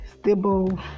stable